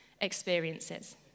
experiences